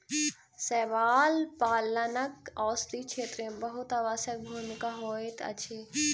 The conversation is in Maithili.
शैवाल पालनक औषधि क्षेत्र में बहुत आवश्यक भूमिका होइत अछि